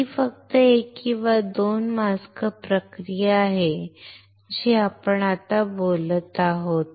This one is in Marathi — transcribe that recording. ही फक्त 1 किंवा 2 मास्क प्रक्रिया आहे जी आपण आता बोलत आहोत